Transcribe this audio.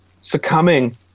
succumbing